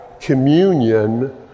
communion